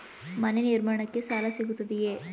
ಮನೆ ನಿರ್ಮಾಣಕ್ಕೆ ಸಾಲ ಸಿಗುತ್ತದೆಯೇ?